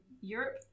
Europe